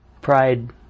Pride